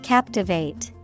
Captivate